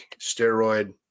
steroid